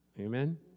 Amen